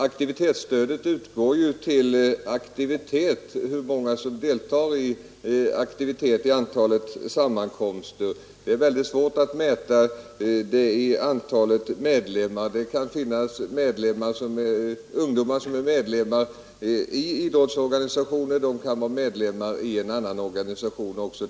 Aktivitetsstödet utgår ju till aktiviteter, och det är svårt att mäta hur många medlemmar som deltar i sammankomsterna. Det kan finnas ungdomar som är medlemmar i både idrottsorganisationer och andra organisationer.